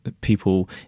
People